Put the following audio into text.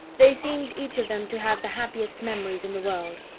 they seemed each of them to have the happiest memories in the world.